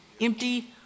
empty